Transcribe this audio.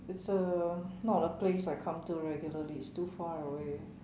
it's uh not a place I come to regularly it's too far away